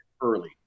early